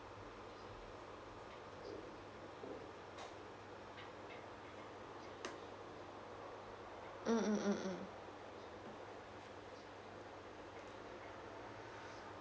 mm mm mm mm